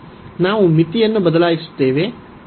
ನಾವು ಮಿತಿಯನ್ನು ಬದಲಾಯಿಸುತ್ತೇವೆ ಮತ್ತು ಈ